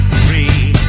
free